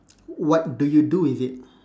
what do you do with it